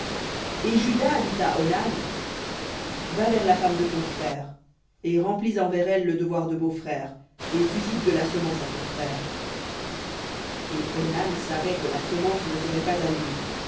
et juda dit à onan va vers la femme de ton frère et remplis envers elle le devoir de beau-frère et suscite de la semence à ton frère et onan savait que la semence ne serait pas à lui